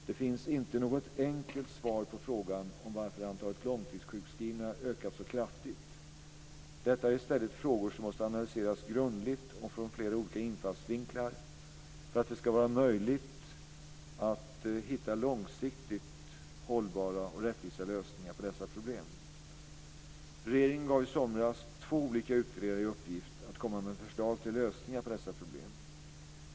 Det finns inte något enkelt svar på frågan om varför antalet långtidssjuksskrivna ökat så kraftigt. Detta är i stället frågor som måste analyseras grundligt och från flera olika infallsvinklar för att det ska vara möjligt att hitta långsiktigt hållbara och rättvisa lösningar på dessa problem. Regeringen gav i somras två olika utredare i uppgift att komma med förslag till lösningar på dessa problem.